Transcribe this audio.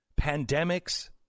Pandemics